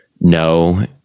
No